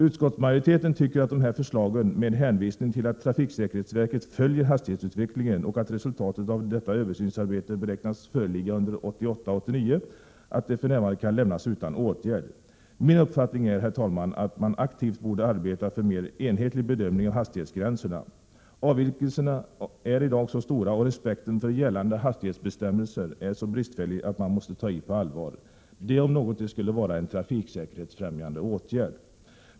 Utskottsmajoriteten tycker att de här förslagen, med hänvisning till att trafiksäkerhetsverket följer hastighetsutvecklingen och att resultatet av detta översynsarbete beräknas föreligga under 1988 och 1989, för närvarande kan lämnas utan åtgärd. Min uppfattning är, herr talman, att man aktivt borde arbeta för mer enhetlig bedömning av hastighetsgränserna. Avvikelserna är i dag så stora och respekten för gällande hastighetsbestämmelser så bristfällig, att man måste ta i på allvar. Det om något skulle vara en trafiksäkerhetsfrämjande åtgärd.